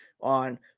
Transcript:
on